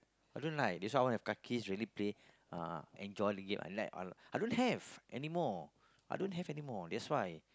I don't like that's why I want to have kaki really play uh enjoy the game and let I I don't have anymore I don't have anymore that's why